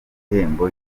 igihembo